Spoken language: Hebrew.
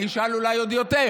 אני אשאל אולי עוד יותר: